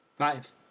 Five